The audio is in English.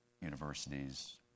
universities